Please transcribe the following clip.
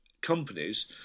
companies